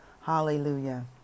Hallelujah